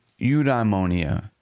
eudaimonia